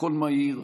הכול מהיר,